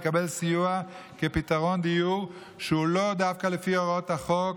לקבל סיוע בפתרון דיור שהוא לאו דווקא לפי הוראות החוק,